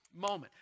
moment